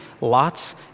lots